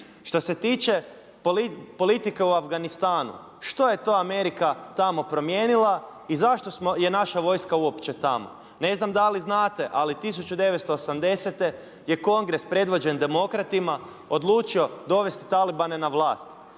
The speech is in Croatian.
Šta se tiče politika u Afganistanu što je to Amerika tamo primijenila i zašto je naša vojska uopće tamo? Ne znam da li znate ali 1980. je kongres predvođen demokratima odlučio dovesti talibane na vlast.